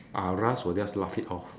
ah ras will just laugh it off